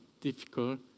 difficult